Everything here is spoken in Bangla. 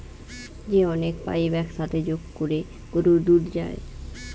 যে অনেক পাইপ এক সাথে যোগ কোরে গরুর দুধ যায়